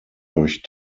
euch